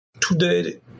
today